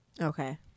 Okay